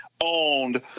owned